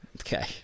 Okay